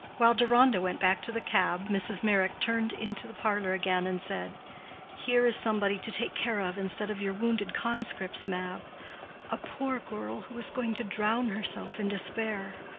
while deronda went back to the cab, mrs. meyrick turned into the parlor again and said here is somebody to take care of instead of your wounded conscripts, mab a poor girl who was going to drown herself in despair.